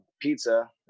pizza